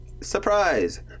surprise